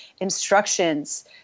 instructions